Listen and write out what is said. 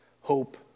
hope